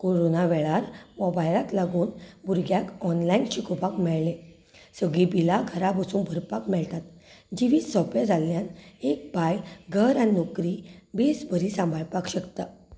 corona वेळार मोबायलाक लागून भुरग्यांक ऑनलायन शिकोवपाक मेळ्ळें सगलीं बिलां घरा बसून भरपाक मेळटात जिवीत सोंपें जाल्ल्यान एक बायल घर आनी नोकरी बेस बरी सांबाळपाक शकता